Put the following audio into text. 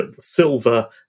silver